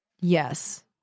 Yes